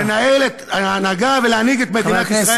אנחנו ראויים לנהל את ההנהגה ולהנהיג את מדינת ישראל.